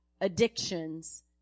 addictions